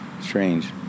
Strange